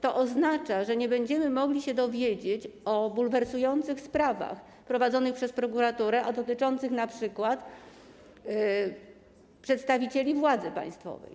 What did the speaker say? To oznacza, że nie będziemy mogli się dowiedzieć o bulwersujących sprawach prowadzonych przez prokuraturę, a dotyczących np. przedstawicieli władzy państwowej.